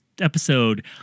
episode